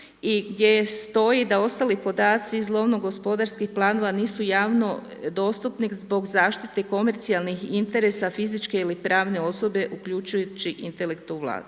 gdje stoji da ostali podaci iz lovno gospodarskih planova nisu javno dostupni zbog zaštite komercijalnih interesa fizičke ili pravne osobe uključujući intelektualno